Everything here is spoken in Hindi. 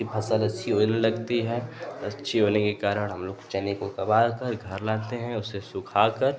उसकी फसल अच्छी होने लगती है अच्छी होने के कारण हम लोग चने को कबार कर घर लाते हैं उसे सुखा कर